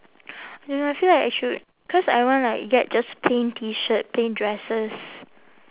don't know I feel like I should cause I want like get just plain T shirt plain dresses